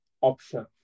option